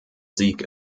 sieg